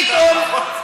ברכות לפורר.